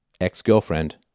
ex-girlfriend